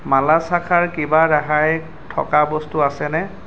মালাছ শাখাৰ কিবা ৰেহাই থকা বস্তু আছেনে